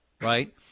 right